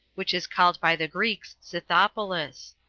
which is called by the greeks scythopolis.